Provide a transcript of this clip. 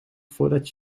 voordat